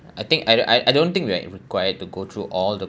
I think I I I don't think that required to go through all the